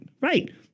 Right